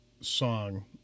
song